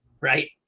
right